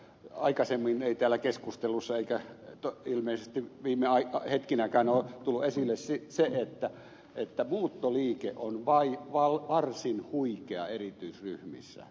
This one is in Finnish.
aikaisemmin ei täällä keskustelussa eikä ilmeisesti viime hetkinäkään ole tullut esille se että muuttoliike on varsin huikea erityisryhmissä